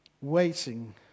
Waiting